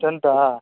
டென்த்தா